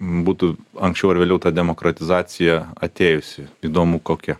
būtų anksčiau ar vėliau ta demokratizacija atėjusi įdomu kokia